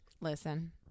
Listen